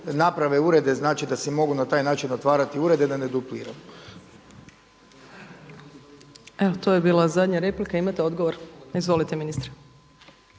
naprave urede, znači da si mogu na taj način otvarati urede da ne dupliramo. **Opačić, Milanka (SDP)** Evo to je bila zadnja replika. Imate odgovor? Izvolite ministre.